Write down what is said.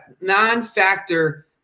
non-factor